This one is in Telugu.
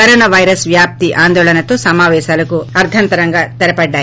కరోనా వైరస్ వ్యాప్తి ఆందోళనతో సమావేశాలకు అర్గంతరంగా తెరపడ్లాయి